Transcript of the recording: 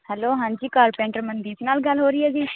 hello ਹਾਂਜੀ carpenter Mandeep ਨਾਲ਼ ਗੱਲ ਹੋ ਰਹੀ ਐ ਜੀ